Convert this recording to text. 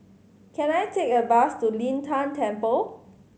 can I take a bus to Lin Tan Temple